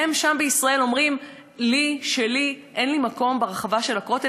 הם שם בישראל אומרים לי שאין לי מקום ברחבה של הכותל?